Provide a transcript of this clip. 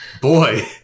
boy